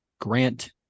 Grant